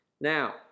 Now